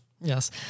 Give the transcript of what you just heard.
yes